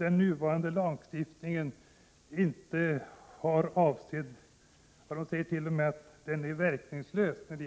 att nuvarande lagstiftning för att begränsa videovåldet är helt verkningslös.